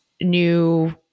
new